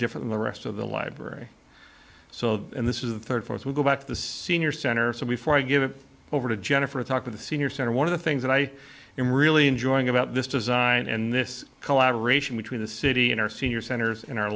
different in the rest of the library so this is the third fourth we go back to the senior center so before i give it over to jennifer to talk to the senior center one of the things that i am really enjoying about this design and this collaboration between the city and our senior centers in our